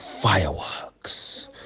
fireworks